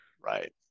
right